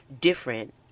different